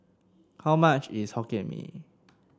how much is Hokkien Mee